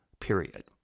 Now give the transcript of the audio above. period